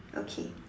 okay